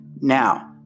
Now